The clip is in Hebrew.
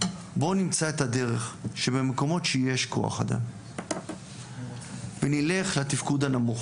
בואו נמצא את הדרך שבמקומות שיש כוח אדם ונלך לתפקוד הנמוך.